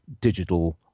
digital